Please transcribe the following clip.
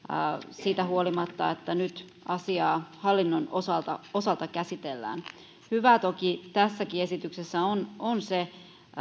siitä huolimatta että nyt asiaa hallinnon osalta osalta käsitellään hyvää toki tässäkin esityksessä ja päätöksessä on se